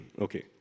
Okay